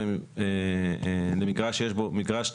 להיפך, מוטב הריסה